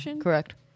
Correct